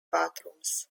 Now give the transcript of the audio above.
bathrooms